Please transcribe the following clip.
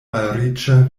malriĉa